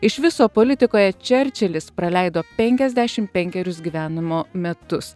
iš viso politikoje čerčilis praleido penkiasdešim penkerius gyvenimo metus